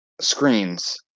screens